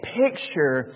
picture